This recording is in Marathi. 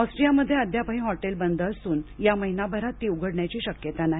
ऑस्ट्रियामध्ये अद्यापही हॉटेल बंद असून या महिनाभरात ती उघडण्याची शक्यता नाही